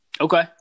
Okay